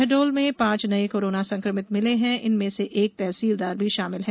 शहडोल में पांच नये कोरोना संकमित मिले हैं इनमें एक तहसीलदार भी शामिल है